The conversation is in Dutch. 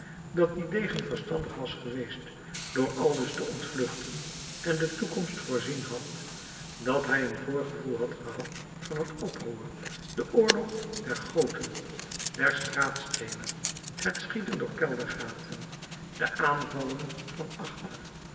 dat die degen verstandig was geweest door aldus te ontvluchten en de toekomst voorzien had dat hij een voorgevoel had gehad van het oproer den oorlog der goten der straatsteenen het schieten door keldergaten de aanvallen van achter